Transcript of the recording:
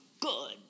good